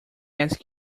ask